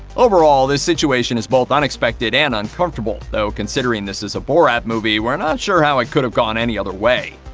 overall, this situation is both unexpected and uncomfortable, though considering this is a borat movie, we're not sure how it could've gone any other way.